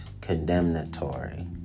condemnatory